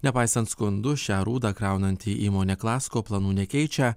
nepaisant skundų šią rūdą kraunanti įmonė klasko planų nekeičia